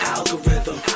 Algorithm